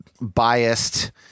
biased